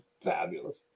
Fabulous